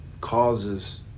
causes